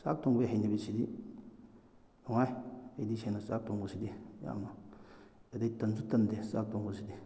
ꯆꯥꯛ ꯊꯣꯡꯕꯒꯤ ꯍꯩꯅꯕꯤꯁꯤꯗꯤ ꯅꯨꯡꯉꯥꯏ ꯑꯩꯗꯤ ꯁꯦꯡꯅ ꯆꯥꯛ ꯊꯣꯡꯕꯁꯤꯗꯤ ꯌꯥꯝ ꯑꯩꯗꯤ ꯇꯟꯁꯨ ꯇꯟꯗꯦ ꯆꯥꯛ ꯊꯣꯡꯕꯁꯤꯗꯤ